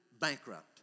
bankrupt